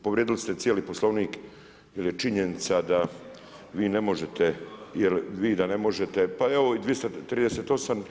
Povrijedili ste cijeli Poslovnik, jer je činjenica da vi ne možete, jer vi da ne možete, pa evo i 238.